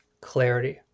clarity